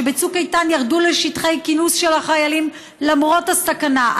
שבצוק איתן ירדו לשטחי כינוס של החיילים למרות הסכנה,